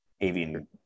avian